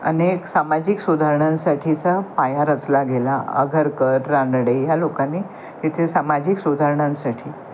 अनेक सामाजिक सुधारणांसाठीचा पाया रचला गेला आगरकर रानडे ह्या लोकांनी सामाजिक सुधारणांसाठी